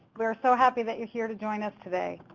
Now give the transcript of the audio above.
we're so happy that you're here to join us today.